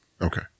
Okay